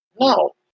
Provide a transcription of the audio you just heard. No